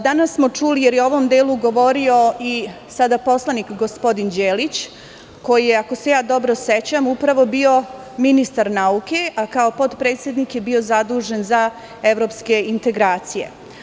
Danas smo čuli, jer je u ovom delu govorio i sada poslanik, gospodin Đelić, koji je, ako se ja dobro sećam upravo bio ministar nauke, a kao potpredsednik je bio zadužen za evropske integracije.